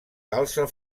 calze